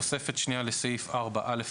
(סעיף 4א)